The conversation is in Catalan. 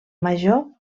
major